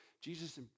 Jesus